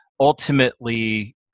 ultimately